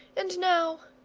and now